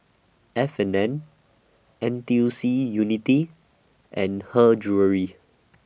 F and N N T U C Unity and Her Jewellery